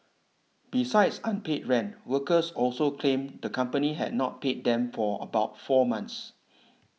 besides unpaid rent workers also claimed the company had not paid them for about four months